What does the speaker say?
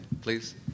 please